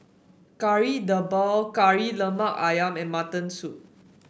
Kari Debal Kari Lemak ayam and Mutton Soup